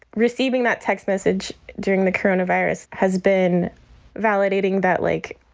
receiving that text message during the current virus has been validating that, like,